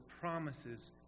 promises